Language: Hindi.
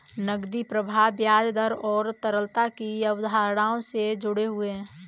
नकदी प्रवाह ब्याज दर और तरलता की अवधारणाओं से जुड़े हुए हैं